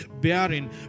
bearing